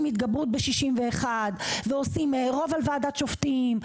התגברות ב-61 ועושים רוב על ועדת שופטים,